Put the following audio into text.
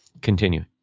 continue